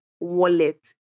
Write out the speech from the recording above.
wallet